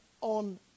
on